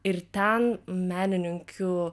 ir ten menininkių